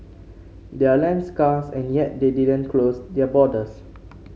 they're land scarce and yet they didn't close their borders